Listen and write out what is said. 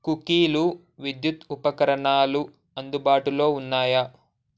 కుకీలు విద్యుత్ ఉపకరణాలు అందుబాటులో ఉన్నాయా